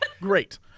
great